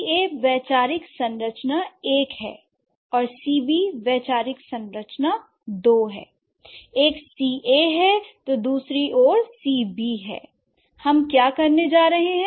C a वैचारिक संरचना १ है और C b वैचारिक संरचना है २ है l एक C a है दूसरी ओर C b l हम क्या करने जा रहे हैं